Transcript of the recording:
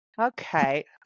okay